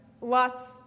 Lots